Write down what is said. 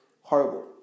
horrible